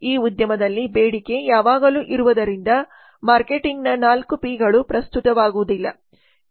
ಈ ಉದ್ಯಮದಲ್ಲಿ ಬೇಡಿಕೆ ಯಾವಾಗಲೂ ಇರುವುದರಿಂದ ಮಾರ್ಕೆಟಿಂಗ್ನ 4 ಪಿಗಳು ಪ್ರಸ್ತುತವಾಗುವುದಿಲ್ಲ